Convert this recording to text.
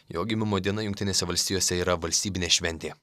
jo gimimo diena jungtinėse valstijose yra valstybinė šventė